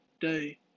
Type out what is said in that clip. day